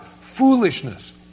foolishness